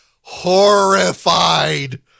horrified